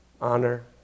honor